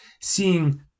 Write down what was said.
seeing